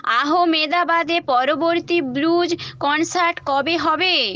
আহমেদাবাদে পরবর্তী blues concert কবে হবে